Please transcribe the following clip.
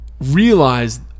realize